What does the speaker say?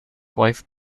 wife